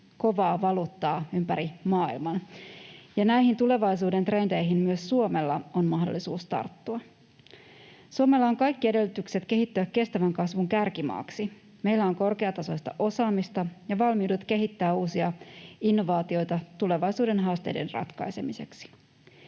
kovaa valuuttaa ympäri maailman, ja näihin tulevaisuuden trendeihin myös Suomella on mahdollisuus tarttua. Suomella on kaikki edellytykset kehittyä kestävän kasvun kärkimaaksi. Meillä on korkeatasoista osaamista ja valmiudet kehittää uusia innovaatioita tulevaisuuden haasteiden ratkaisemiseksi.